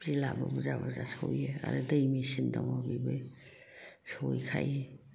बिलाबो बुरजा बुरजा सहैयो आरो दै मेसिन दं बेबो सहैखायो